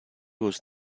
was